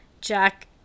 jack